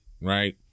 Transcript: right